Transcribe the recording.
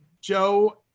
Joe